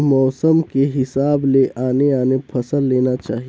मउसम के हिसाब ले आने आने फसल लेना चाही